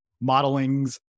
modeling's